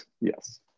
Yes